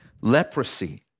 leprosy